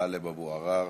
וטלב אבו עראר.